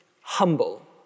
humble